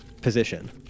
position